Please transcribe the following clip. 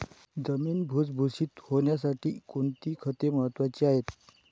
जमीन भुसभुशीत होण्यासाठी कोणती खते महत्वाची आहेत?